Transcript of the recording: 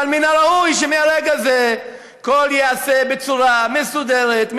אבל מן הראוי שמהרגע הזה הכול ייעשה בצורה מסודרת,